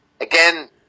Again